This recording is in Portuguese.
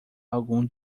algum